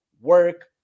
work